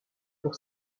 pour